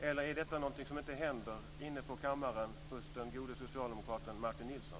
Eller är detta någonting som inte händer inne på kammaren hos den gode socialdemokraten Martin